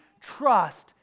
trust